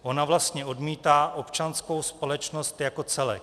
Ona vlastně odmítá občanskou společnost jako celek.